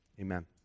amen